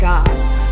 God's